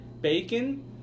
bacon